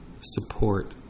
support